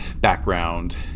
background